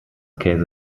käse